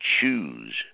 choose